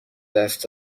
دست